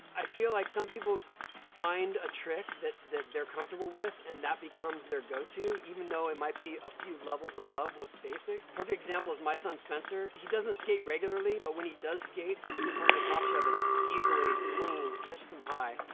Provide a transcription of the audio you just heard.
i feel like some people find a trick that that they're comfortable, and that becomes their go-to, even though it might be a few levels above what's basic. perfect example is my son, spencer, he doesn't skate regularly, but when he does skate, he can do front-side pop shove-its easily, clean, catches them high,